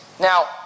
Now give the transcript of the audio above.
Now